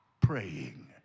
praying